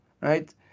right